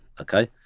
Okay